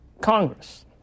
Congress